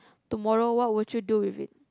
tomorrow what will you do with it